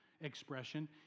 expression